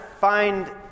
find